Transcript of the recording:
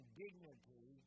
dignity